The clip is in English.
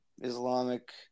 Islamic